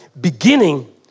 beginning